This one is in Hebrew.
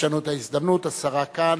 יש לנו הזדמנות, השרה כאן.